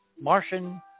Martian